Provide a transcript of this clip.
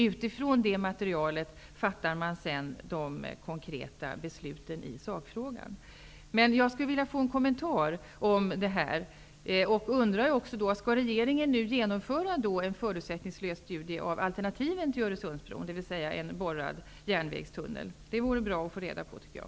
Utifrån detta material skall man sedan fatta konkreta beslut i sakfrågan. Jag skulle vilja ha en kommentar om detta. Öresundsbron, dvs. en borrad järnvägstunnel? Det vore bra att få reda på detta, tycker jag.